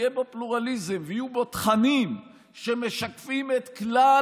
שיהיה בו פלורליזם ויהיו בו תכנים שמשקפים את כלל